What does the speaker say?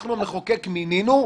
שאנחנו המחוקק מינינו.